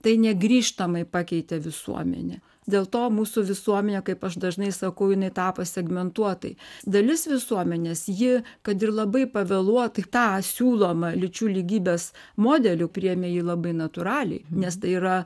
tai negrįžtamai pakeitė visuomenę dėl to mūsų visuomenė kaip aš dažnai sakau jinai tapo segmentuotai dalis visuomenės ji kad ir labai pavėluotai tą siūlomą lyčių lygybės modelį priėmė ji labai natūraliai nes tai yra